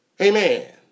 Amen